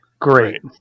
great